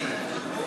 את נחמן.